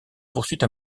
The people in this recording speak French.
poursuite